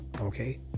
okay